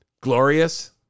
Glorious